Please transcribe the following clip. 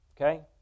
Okay